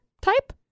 type